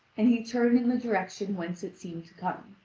and he turned in the direction whence it seemed to come.